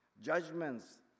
Judgments